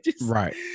Right